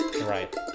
Right